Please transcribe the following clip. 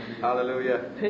Hallelujah